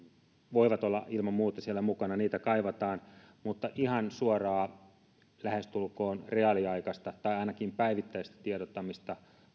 voivat olla ilman muuta siellä mukana niitä kaivataan mutta kannattaa harkita ihan suoraa lähestulkoon reaaliaikaista tai ainakin päivittäistä tiedottamista